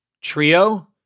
trio